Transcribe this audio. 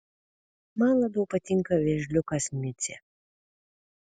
man labiau patinka vėžliukas micė